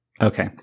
Okay